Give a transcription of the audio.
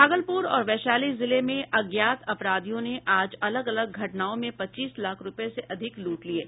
भागलपुर और वैशाली जिले में अज्ञात अपराधियों ने आज अलग अलग घटनाओं में पच्चीस लाख रूपये से अधिक लूट लिये